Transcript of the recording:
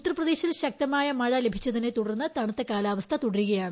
ഉത്തർപ്രദേശിൽ ശക്തമായ മഴ ലഭിച്ചതിനെ തുടർന്ന് തണുത്ത കാലാവസ്ഥ തുടരുകയാണ്